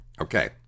Okay